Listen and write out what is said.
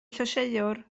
llysieuwr